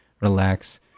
relax